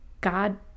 God